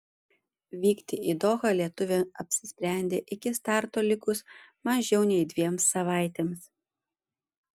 vykti į dohą lietuvė apsisprendė iki starto likus mažiau nei dviem savaitėms